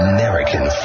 American